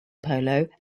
polo